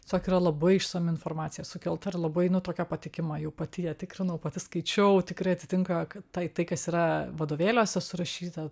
tiesiog yra labai išsami informacija sukelta ir labai nu tokia patikima jau pati ją tikrinau pati skaičiau tikrai atitinka kad tai kas yra vadovėliuose surašyta